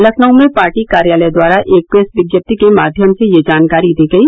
लखनऊ में पार्टी कार्यालय द्वारा एक प्रेस विज्ञप्ति के माध्यम से यह जानकारी दी गई